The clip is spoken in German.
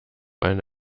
eine